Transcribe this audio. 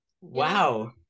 wow